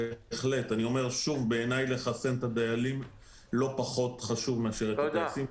אני אומר שוב: בעיניי לחסן את הדיילים לא פחות חשוב מאשר את הטייסים,